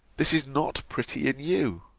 this is not pretty in you.